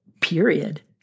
period